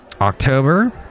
October